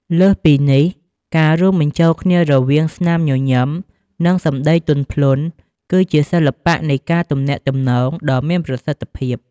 លើសពីនេះការរួមបញ្ចូលគ្នារវាង ស្នាមញញឹម និងសម្ដីទន់ភ្លន់ គឺជាសិល្បៈនៃការទំនាក់ទំនងដ៏មានប្រសិទ្ធភាព។